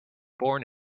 born